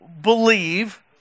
believe